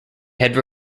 head